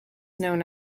known